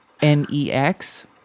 N-E-X